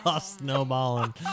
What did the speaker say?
Snowballing